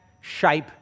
shape